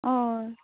हय